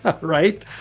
right